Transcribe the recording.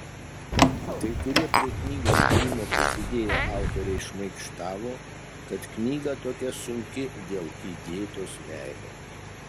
kai kurie prie knygos kūrimo prisidėję autoriai šmaikštavo kad knyga tokia sunki dėl įdėtos meilės